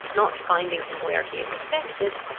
not finding him where he expected,